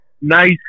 Nice